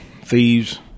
thieves